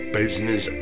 business